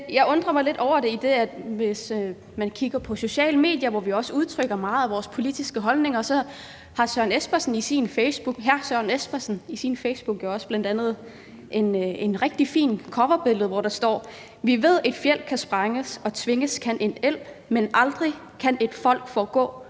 jeg undrer mig lidt over det, for hvis man kigger på de sociale medier, hvor man også udtrykker meget af sine politiske holdninger, har hr. Søren Espersen på sin Facebook jo også bl.a. et rigtig fint coverbillede, hvor der står: »Vi ved et fjeld kan sprænges og tvinges kan en elv, men aldrig kan et folk forgå,